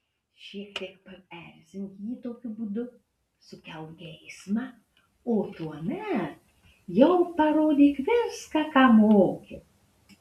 šiek tiek paerzink jį tokiu būdu sukelk geismą o tuomet jau parodyk viską ką moki